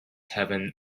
heaven